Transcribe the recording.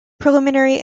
preliminary